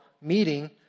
meeting